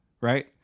right